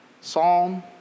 Psalm